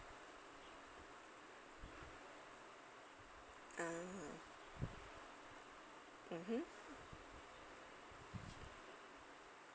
ah mmhmm